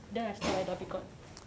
then I stop at dhoby ghaut